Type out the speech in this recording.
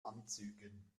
anzügen